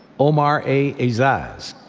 omar a. aizaz.